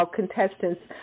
contestants